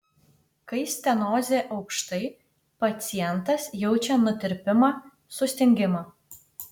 kai stenozė aukštai pacientas jaučia nutirpimą sustingimą